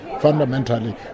fundamentally